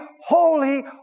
holy